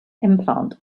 implant